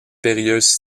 périlleuse